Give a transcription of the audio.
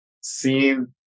seen